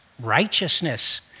righteousness